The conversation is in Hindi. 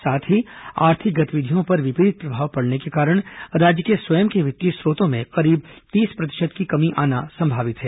साथ ही आर्थिक गतिविधियों पर विपरीत प्रभाव पड़ने के कारण राज्य के स्वयं के वित्तीय स्रोतों में करीब तीस प्रतिशत की कमी आना संभावित है